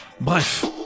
Bref